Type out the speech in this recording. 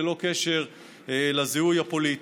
ללא קשר לזיהוי הפוליטי.